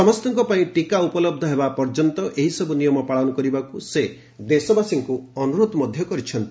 ସମସ୍ତଙ୍କ ପାଇଁ ଟୀକା ଉପଲବ୍ଧ ହେବା ପର୍ଯ୍ୟନ୍ତ ଏହିସବୂନିୟମ ପାଳନ କରିବାକୁ ସେ ଦେଶବାସୀଙ୍କୁ ଅନୁରୋଧ କରିଛନ୍ତି